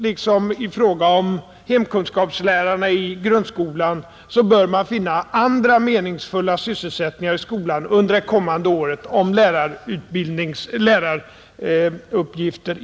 Liksom i fråga om hemkunskapslärarna i grundskolan bör man finna andra meningsfulla sysselsättningar i skolan under det kommande året, om det inte finns några läraruppgifter.